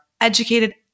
educated